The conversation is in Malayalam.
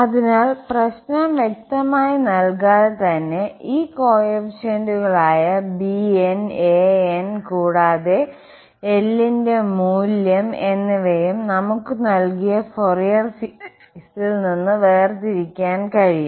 അതിനാൽ പ്രശ്നം വ്യക്തമായി നൽകാതെ തന്നെ ഈ കോഎഫിഷ്യന്റുകളായ bn 's an 's കൂടാതെ L ന്റെ മൂല്യം എന്നിവയും നമുക്ക് നൽകിയ ഫോറിയർ സീരീസിൽ നിന്ന് വേർതിരിക്കാൻ കഴിയും